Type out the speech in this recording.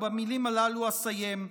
ובמילים הללו אסיים: